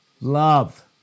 Love